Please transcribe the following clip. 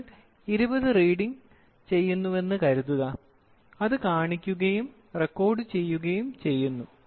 നിങ്ങൾ 20 റീഡിങ്സ് ചെയ്യുന്നുവെന്ന് കരുതുക അത് കാണിക്കുകയും റെക്കോർഡു ചെയ്യുകയും ചെയ്യുന്നു